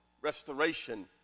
restoration